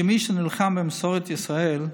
שמי שנלחם במסורת ישראל,